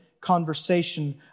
conversation